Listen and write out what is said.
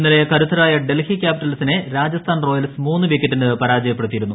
ഇന്നലെ കരുത്തരായ ഡൽഹി ക്യാപ്പിറ്റൽസിനെ രാജസ്ഥാൻ റ്റ്റിയൽസ് മൂന്ന് വിക്കറ്റിന് പരാജയപ്പെടുത്തിയിരുന്നു